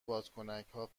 بادکنکا